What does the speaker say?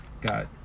got